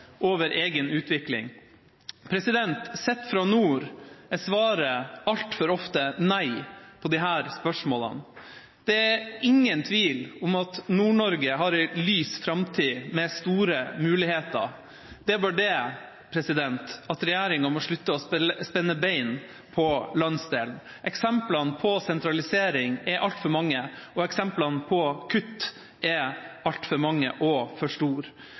over egen utvikling? Sett fra nord er svaret altfor ofte nei på disse spørsmålene. Det er ingen tvil om at Nord-Norge har en lys framtid med store muligheter. Det er bare det at regjeringa må slutte å spenne bein på landsdelen. Eksemplene på sentralisering er altfor mange, og eksemplene på kutt er altfor mange og for store.